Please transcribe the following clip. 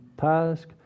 task